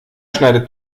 schneidet